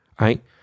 right